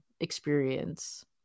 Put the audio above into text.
experience